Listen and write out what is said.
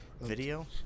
Video